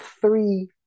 three